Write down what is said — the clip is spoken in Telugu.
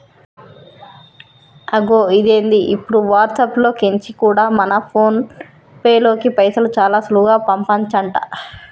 అగొ ఇదేంది ఇప్పుడు వాట్సాప్ లో కెంచి కూడా మన ఫోన్ పేలోకి పైసలు చాలా సులువుగా పంపచంట